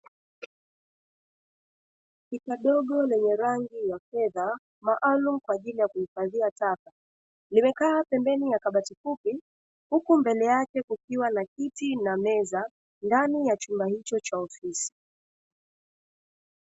Pipa dogo lenye rangi ya fedha, maalumu kwa ajili ya kuhifadhia taka, limekaa pembeni ya kabati fupi, huku mbele yake kukiwa na kiti na meza, ndani ya chumba hicho cha ofisi.